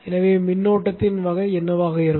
எனவே மின்னோட்டத்தின் வகை என்னவாக இருக்கும்